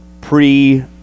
pre-